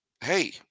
hey